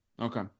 Okay